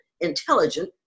intelligent